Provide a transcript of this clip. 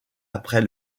après